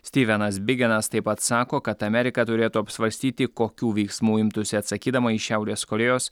stivenas bigenas taip pat sako kad amerika turėtų apsvarstyti kokių veiksmų imtųsi atsakydama į šiaurės korėjos